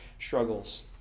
struggles